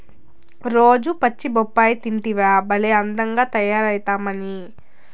రోజూ పచ్చి బొప్పాయి తింటివా భలే అందంగా తయారైతమ్మన్నీ